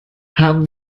haben